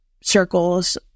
circles